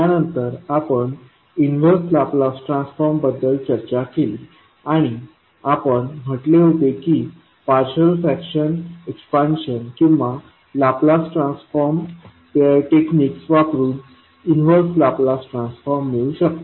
त्यानंतर आपण inverse Laplace transform बद्दल चर्चा केली आणि आपण म्हटले होते की पार्शल फ्रॅक्शन एक्सपान्शन किंवा लाप्लास ट्रान्सफॉर्म पेअर टेक्निक्स वापरुन इन्वर्स लाप्लास ट्रान्सफॉर्म मिळू शकतो